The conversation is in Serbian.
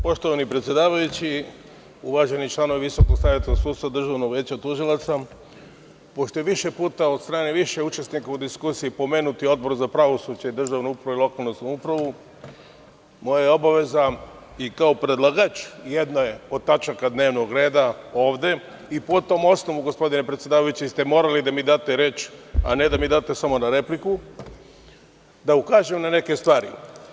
Poštovani predsedavajući, uvaženi članovi Visokog saveta sudstva, Državnog veća tužilaca, pošto je više puta od strane više učesnika u diskusiju pomenut Odbor za pravosuđe i državnu upravu i lokalnu samoupravu, moja je obaveza i kao predlagač jedne od tačaka dnevnog reda ovde, i po tom osnovu, gospodine predsedavajući, vi ste morali da mi date reč, a ne da mi date samo repliku, da ukažem na neke stvari.